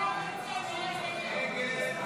הסתייגות 102